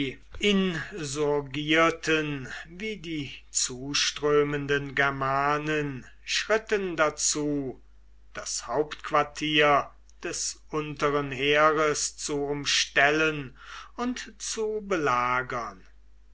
insurgierten wie die zuströmenden germanen schritten dazu das hauptquartier des unteren heeres zu umstellen und zu belagern